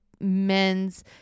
men's